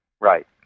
Right